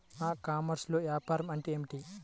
ఈ కామర్స్లో వ్యాపారం అంటే ఏమిటి?